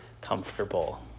comfortable